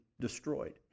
destroyed